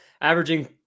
averaging